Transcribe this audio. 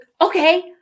okay